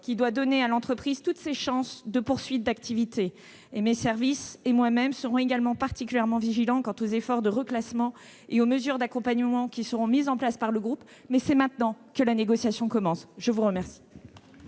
doit donner à l'entreprise toutes ses chances de poursuivre son activité. Mes services et moi-même serons également particulièrement vigilants quant aux efforts de reclassement et aux mesures d'accompagnement qui seront mises en place par le groupe. C'est maintenant que la négociation commence. La parole